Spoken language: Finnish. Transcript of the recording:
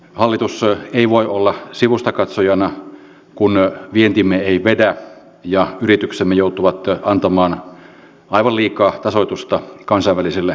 alitusta ei voi olla sivustakatsojana säästötoimenpiteitä ovat matkakorvausten alentaminen lääkäri ja yrityksen joutuvat antamaan aivan liikaa tasoitusta kansainvälisillä